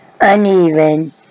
uneven